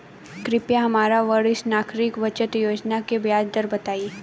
कृपया हमरा वरिष्ठ नागरिक बचत योजना के ब्याज दर बताई